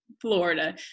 Florida